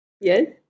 Yes